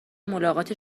ملاقات